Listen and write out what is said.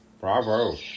Bravo